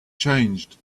changed